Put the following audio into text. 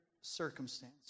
circumstance